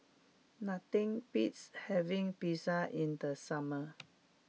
nothing beats having Pizza in the summer